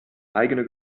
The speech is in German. eigene